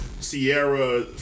Sierra